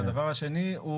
ודבר שני,